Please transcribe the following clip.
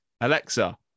Alexa